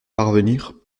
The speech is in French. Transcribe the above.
parvenir